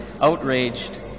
outraged